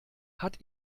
hat